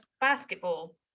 basketball